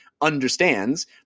understands